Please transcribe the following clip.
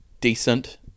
decent